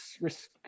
risk